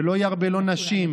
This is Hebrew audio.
ולא ירבה לו נשים,